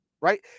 right